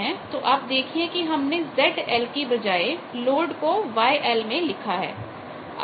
तो आप देखिए कि हमने ZL की बजाए लोड को YL मैं लिखा है